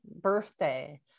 birthday